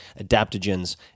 adaptogens